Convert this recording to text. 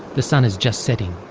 the sun is just setting,